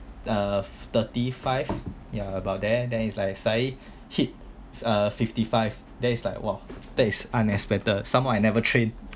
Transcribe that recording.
uh thirty five ya about there then it's like suddenly hit uh fifty five then is like !wow! that's unexpected some more I never trained